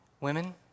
women